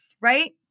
right